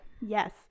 Yes